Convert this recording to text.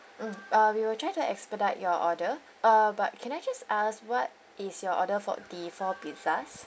mm uh we will try to expedite your order uh but can I just ask what is your order for the four pizzas